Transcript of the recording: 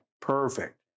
Perfect